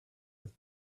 with